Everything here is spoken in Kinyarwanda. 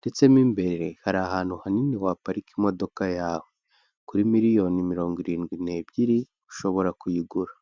ndetse mo imbere hari ahantu hanini waparika imodoka yawe kuri miliyoni mirongo irindwi n'ebyiri ushobora kuyigura.